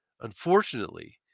Unfortunately